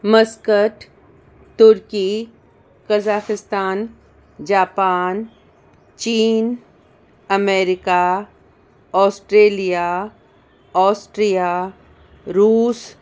Muscat तुर्की Kazakhstan Japan चीन America Australia Austria रूस